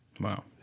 Wow